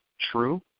true